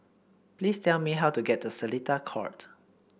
please tell me how to get to Seletar Court